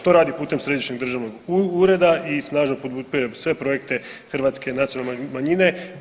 To radi putem Središnjeg državnog ureda i snažno podupirem sve projekte Hrvatske nacionalne manjine.